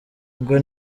ngo